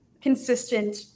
consistent